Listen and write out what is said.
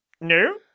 No